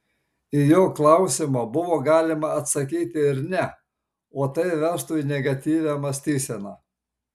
į jo klausimą buvo galima atsakyti ir ne o tai vestų į negatyvią mąstyseną